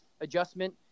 adjustment